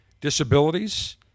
disabilities